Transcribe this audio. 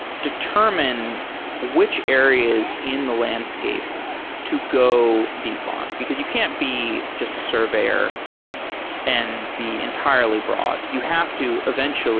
determine which areas in the landscape to go deep on, because you can't be just a survey or and be entirely broad. you have to eventually